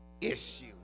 issue